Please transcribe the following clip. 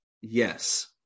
yes